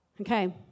Okay